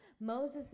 Moses